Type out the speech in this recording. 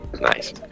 Nice